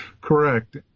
Correct